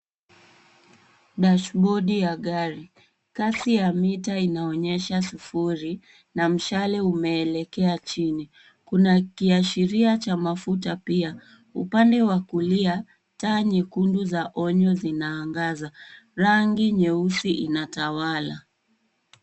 Dashibodi ya gari. Kasi ya mita inaonyesha sufuri na mshale umeelekea chini. Kuna kiashiria cha mafuta pia. Upande wa kulia, taa nyekundu za onyo zinaangaza. Rangi nyeusi inatawala.